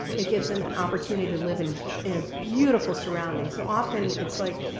it gives them an opportunity to live in in a beautiful surrounding. so often, it's like,